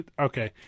Okay